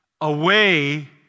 away